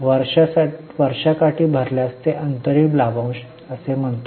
वर्षाकाठी भरल्यास ते अंतरिम लाभांश असे म्हणतात